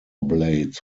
blades